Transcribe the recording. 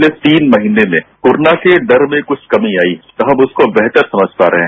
पिछले तीन महीने में कोरोना से डर में कुछ कमी आई और हम उसको कुछ बेहतर समझ पा रहे हैं